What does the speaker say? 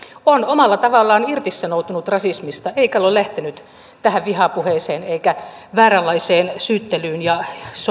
on omalla tavallaan irtisanoutunut rasismista eikä ole ole lähtenyt tähän vihapuheeseen eikä vääränlaiseen syyttelyyn ja